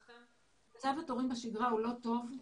מצב התורים בשגרה לא טוב.